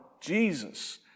Jesus